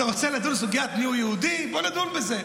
אתה רוצה לדון בסוגיית מיהו יהודי, בוא נדון בזה.